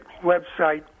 website